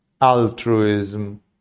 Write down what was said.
Altruism